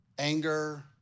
Anger